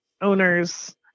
owners